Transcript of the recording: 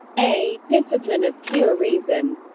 a. discipline of pure reason